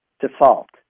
default